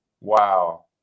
Wow